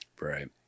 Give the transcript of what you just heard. Right